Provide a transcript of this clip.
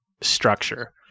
structure